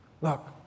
Look